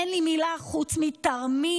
אין לי מילה חוץ מתרמית.